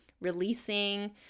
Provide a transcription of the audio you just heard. releasing